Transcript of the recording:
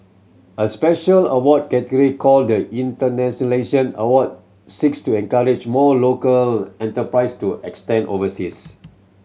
a special award category called the Internationalisation Award seeks to encourage more local enterprise to expand overseas